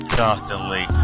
constantly